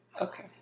okay